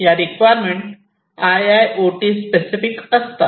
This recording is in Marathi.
या रिक्वायरमेंट आयआयओटी स्पेसिफिक असतात